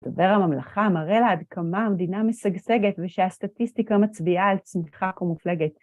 דובר הממלכה מראה לה עד כמה המדינה משגשגת ושהסטטיסטיקה מצביעה על צמיחה כה מופלגת.